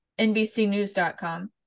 NBCNews.com